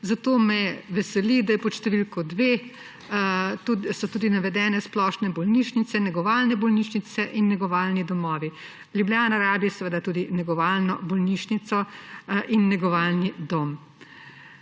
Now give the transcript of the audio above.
zato me veseli, da so pod številko dve navedeni splošne bolnišnice, negovalne bolnišnice in negovalni domovi. Ljubljana potrebuje seveda tudi negovalno bolnišnico in negovalni dom.